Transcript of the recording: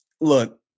look